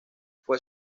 fue